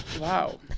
Wow